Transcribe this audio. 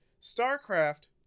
StarCraft